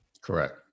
Correct